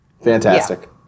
Fantastic